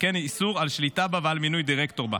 וכן איסור על שליטה בה ועל מינוי דירקטור בה.